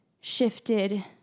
shifted